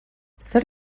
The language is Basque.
zer